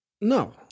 No